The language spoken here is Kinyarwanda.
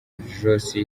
joss